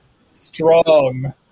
Strong